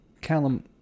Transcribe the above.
Callum